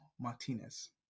Martinez